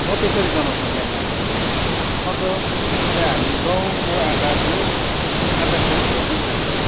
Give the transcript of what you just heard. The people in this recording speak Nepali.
म त्यसरी जनाउँछु मेरो नानीलाई अन्त जस्तै हामी गहुँको आटाको आटाको ढिँडो पनि खान्छौँ